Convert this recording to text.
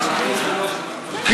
לאכזב אותך, אבל זה פי-שלושה.